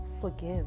forgive